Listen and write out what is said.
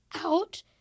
out